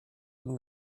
and